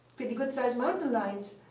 pretty good-sized mountain lions.